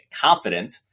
confident